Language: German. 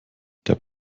der